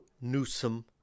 Newsom